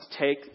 take